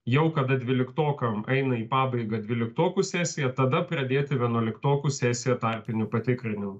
jau kada dvyliktokam eina į pabaigą dvyliktokų sesija tada pradėti vienuoliktokų sesiją tarpinių patikrinimų